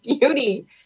beauty